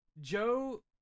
Joe